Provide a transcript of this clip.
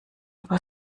aber